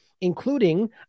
including